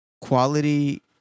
quality